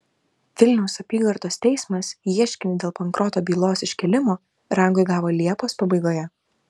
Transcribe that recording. vilniaus apygardos teismas ieškinį dėl bankroto bylos iškėlimo rangai gavo liepos pabaigoje